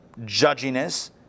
judginess